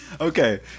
Okay